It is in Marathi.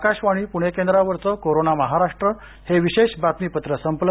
आकाशवाणी पूणे केंद्रावरचं कोरोना महाराष्ट्र हे विशेष बातमीपत्र संपलं